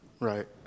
Right